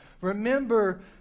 Remember